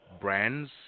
brands